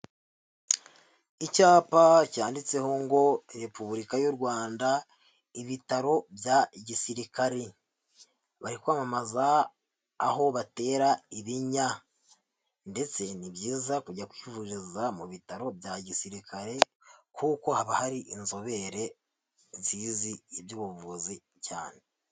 Icyapa cyanditseho ngo Repubulika y'u Rwanda, ibitaro bya gisirikari, bari kwamamaza aho batera ibinya ndetse ni byiza kujya kwivuriza mu bitaro bya gisirikare kuko haba hari inzobere zizi iby'ubuvuzi cyane.